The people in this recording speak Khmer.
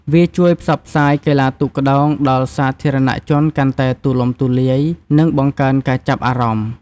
វាជួយផ្សព្វផ្សាយកីឡាទូកក្ដោងដល់សាធារណជនកាន់តែទូលំទូលាយ និងបង្កើនការចាប់អារម្មណ៍។